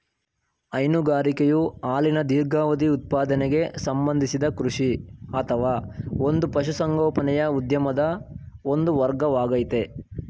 ಹೈನುಗಾರಿಕೆಯು ಹಾಲಿನ ದೀರ್ಘಾವಧಿ ಉತ್ಪಾದನೆಗೆ ಸಂಬಂಧಿಸಿದ ಕೃಷಿ ಅಥವಾ ಒಂದು ಪಶುಸಂಗೋಪನೆಯ ಉದ್ಯಮದ ಒಂದು ವರ್ಗವಾಗಯ್ತೆ